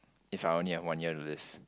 if I only had one year to live